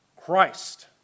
Christ